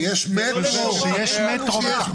כשיש מטרו ותחבורה ציבורית.